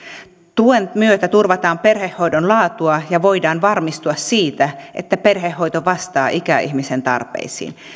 tuen myötä turvataan perhehoidon laatua ja voidaan varmistua siitä että perhehoito vastaa ikäihmisen tarpeisiin